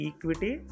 Equity